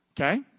Okay